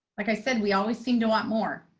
like i said, we always seem to want more.